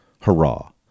hurrah